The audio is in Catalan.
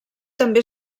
també